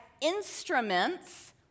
instruments